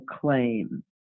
claim